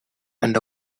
and